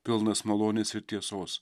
pilnas malonės ir tiesos